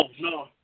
no